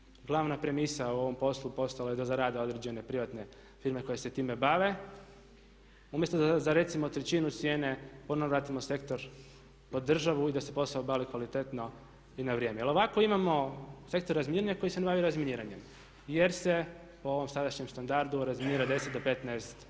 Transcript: Postojao je, glavna premisa u ovom poslu postalo je da zarade određene privatne firme koje se time bave umjesto da za recimo trećinu cijene ponovno vratimo sektor pod državu i da se posao obavi kvalitetno i na vrijeme jer ovako imamo sektor razminiranja koji se ne bavi razminiranjem jer se po ovom sadašnjem standardu razminira 10-15%